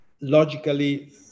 logically